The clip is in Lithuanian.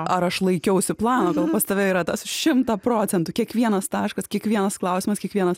ar aš laikiausi plano gal tave yra tas šimtą procentų kiekvienas taškas kiekvienas klausimas kiekvienas